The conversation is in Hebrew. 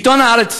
עיתון "הארץ",